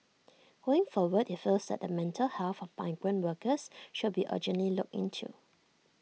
going forward he feels the mental health of migrant workers should be urgently looked into